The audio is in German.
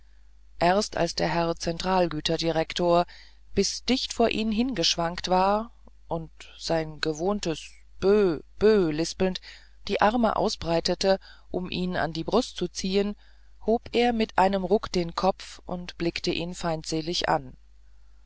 erst als der herr zentralgüterdirektor bis dicht vor ihn hingeschwankt war und sein gewohntes böh böh lispelnd die arme ausbreitete um ihn an die brust zu ziehen hob er mit einem ruck den kopf und blickte ihn feindselig an